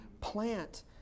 Plant